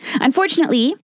Unfortunately